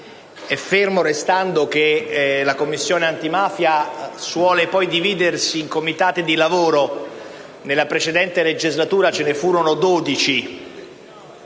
e fermo restando che la Commissione antimafia suole poi dividersi in Comitati di lavoro, tanto che nella precedente legislatura ce ne furono tredici